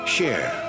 Share